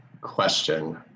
question